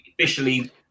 officially